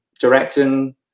directing